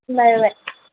bye bye